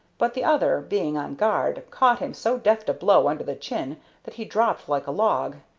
but the other, being on guard, caught him so deft a blow under the chin that he dropped like a log.